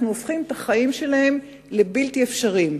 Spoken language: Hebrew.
אנחנו הופכים את החיים שלהם לבלתי אפשריים.